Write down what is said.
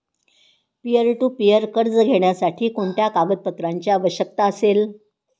Peer to peer कर्ज घेण्यासाठी कोणत्या कागदपत्रांची आवश्यकता असेल?